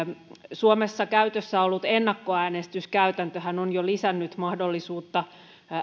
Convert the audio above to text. suomessa käytössä ollut ennakkoäänestyskäytäntöhän on jo lisännyt mahdollisuutta